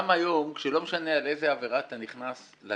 גם היום, לא משנה על איזה עבירה אתה נכנס לכלא,